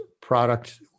product